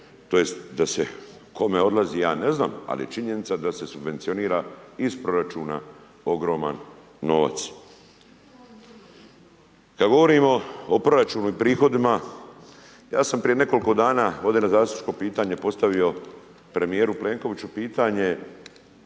tj. da se, kome odlazi ja ne znam, ali je činjenica da se subvencionira iz proračuna ogroman novac. Kada govorimo o proračunu i prihodima, ja sam prije nekoliko dana, ovdje na zastupničko pitanje, postavio, premjeru Plenkoviću pitanje,